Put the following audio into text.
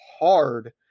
hard